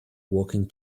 walking